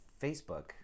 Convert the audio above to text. Facebook